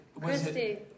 Christy